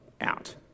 out